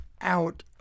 out